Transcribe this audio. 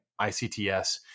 icts